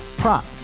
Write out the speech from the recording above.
prop